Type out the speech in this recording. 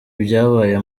ibyabaye